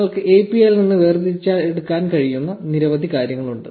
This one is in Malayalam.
നിങ്ങൾക്ക് API ൽ നിന്ന് വേർതിരിച്ചെടുക്കാൻ കഴിയുന്ന നിരവധി കാര്യങ്ങൾ ഉണ്ട്